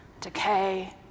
decay